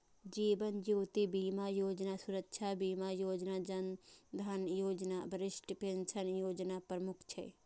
जीवन ज्योति बीमा योजना, सुरक्षा बीमा योजना, जन धन योजना, वरिष्ठ पेंशन योजना प्रमुख छै